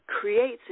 creates